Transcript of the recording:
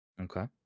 Okay